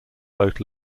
both